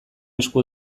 esku